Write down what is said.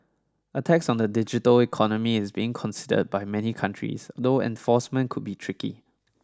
a tax on the digital economy is being considered by many countries although enforcement could be tricky